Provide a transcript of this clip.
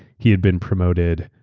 he had been promoted.